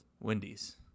Wendy's